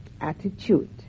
attitude